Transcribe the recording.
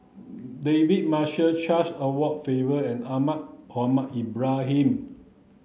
David Marshall Charles Edward Faber and Ahmad Mohamed Ibrahim